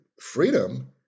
freedom